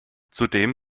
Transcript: zudem